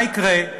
מה יקרה?